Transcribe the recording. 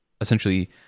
essentially